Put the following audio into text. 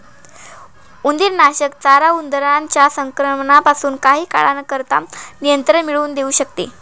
उंदीरनाशक चारा उंदरांच्या संक्रमणापासून काही काळाकरता नियंत्रण मिळवून देऊ शकते